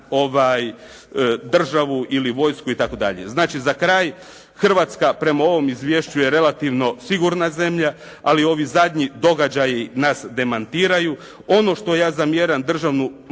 Hrvatska prema ovom izvješću je relativno sigurna zemlja ali ovi zadnji događaji nas demantiraju. Ono što ja zamjeram Državnom